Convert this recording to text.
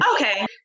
Okay